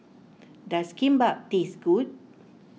does Kimbap taste good